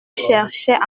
cherchait